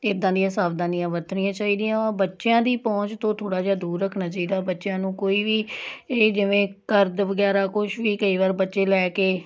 ਅਤੇ ਇੱਦਾਂ ਦੀਆਂ ਸਾਵਧਾਨੀਆਂ ਵਰਤਣੀਆਂ ਚਾਹੀਦੀਆਂ ਵਾ ਬੱਚਿਆਂ ਦੀ ਪਹੁੰਚ ਤੋਂ ਥੋੜ੍ਹਾ ਜਿਹਾ ਦੂਰ ਰੱਖਣਾ ਚਾਹੀਦਾ ਬੱਚਿਆਂ ਨੂੰ ਕੋਈ ਵੀ ਇਹ ਜਿਵੇਂ ਕਰਦ ਵਗੈਰਾ ਕੁਛ ਵੀ ਕਈ ਵਾਰ ਬੱਚੇ ਲੈ ਕੇ